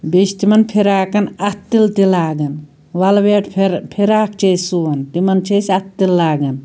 بیٚیہِ چھِ تِمَن فِراقَن اَتھہٕ تِلہٕ تہِ لَاگان وَلویٹ فِراق چھِ أسۍ سُووان تِمَن چھِ أسۍ اَتھہٕ تِلہٕ لاگان